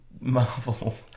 Marvel